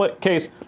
case